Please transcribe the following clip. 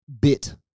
bit